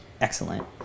excellent